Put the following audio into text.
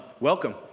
welcome